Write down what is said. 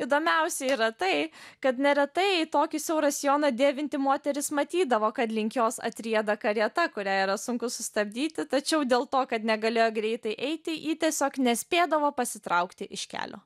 įdomiausia yra tai kad neretai tokį siaurą sijoną dėvinti moteris matydavo kad link jos atrieda karieta kurią yra sunku sustabdyti tačiau dėl to kad negalėjo greitai eiti ji tiesiog nespėdavo pasitraukti iš kelio